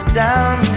down